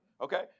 Okay